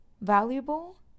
valuable